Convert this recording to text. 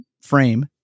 frame